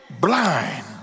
blind